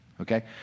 okay